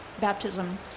baptism